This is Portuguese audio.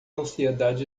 ansiedade